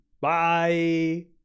Bye